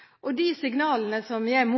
og de signalene jeg